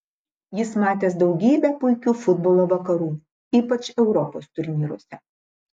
jis matęs daugybę puikių futbolo vakarų ypač europos turnyruose